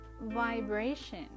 vibration